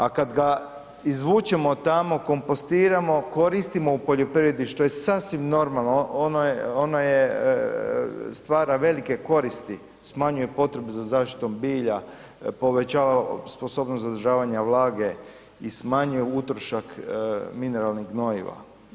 A kad ga izvučemo os tamo, kompostiramo, koristimo u poljoprivredi što je sasvim normalno, ono je stvara velike koristi, smanjuje potrebu za zaštitom bilja, povećava sposobnost zadržavanja vlage i smanjuje utrošak mineralnih gnojiva.